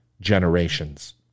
generations